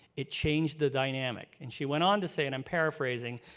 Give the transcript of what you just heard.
it changed the dynamic. and she went on to say, and um paraphrasing,